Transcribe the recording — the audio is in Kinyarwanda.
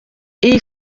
iyi